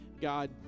God